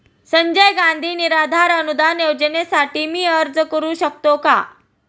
संजय गांधी निराधार अनुदान योजनेसाठी मी अर्ज करू शकतो का?